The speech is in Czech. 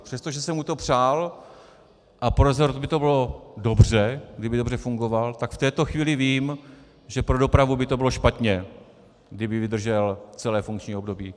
Přestože jsem mu to přál a pro rezort by to bylo dobře, kdyby dobře fungoval, tak v této chvíli vím, že pro dopravu by to bylo špatně, kdyby vydržel celé funkční období.